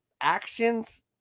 actions